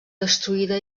destruïda